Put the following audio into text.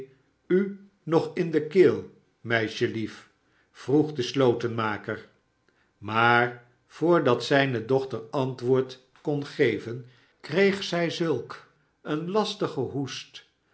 u nog in de keel meisjelief vroeg de slotenmaker maar voordat zijne dochter antwoord kon geven kreeg zij zulk een lastigen hoest